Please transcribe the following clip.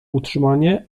utrzymanie